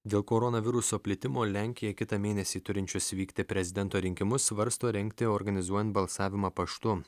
dėl koronaviruso plitimo lenkija kitą mėnesį turinčius vykti prezidento rinkimus svarsto rengti organizuojant balsavimą paštu